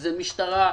זה משטרה,